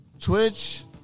Twitch